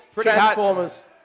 Transformers